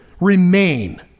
remain